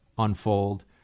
unfold